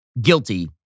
guilty